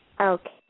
Okay